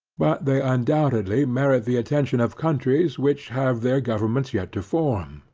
but they undoubtedly merit the attention of countries which have their governments yet to form.